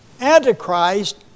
Antichrist